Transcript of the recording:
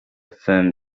firm